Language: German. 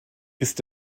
ist